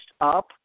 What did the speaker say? up